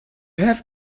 have